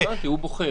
איש שהוא מכיר,